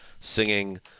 singing